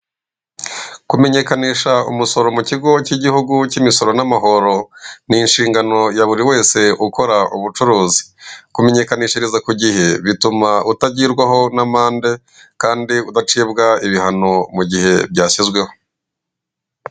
Kumenyekanisha umusoro mu kigo k'igihugu k'imisoro n'amahoro ni inshingano ya buri wese ukora ubucuruzi. kumenyekanishiriza ku gihe bituma utagirwaho n'amande kandi udacibwa ibihano mu gihe byashyizweho.